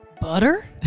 butter